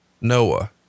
Noah